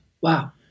Wow